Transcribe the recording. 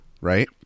right